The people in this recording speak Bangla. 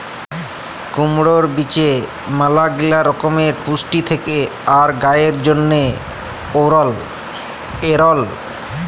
কুমড়র বীজে ম্যালাগিলা রকমের পুষ্টি থেক্যে আর গায়ের জন্হে এঔরল